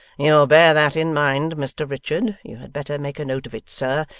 you'll bear that in mind, mr richard you had better make a note of it, sir,